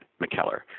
McKellar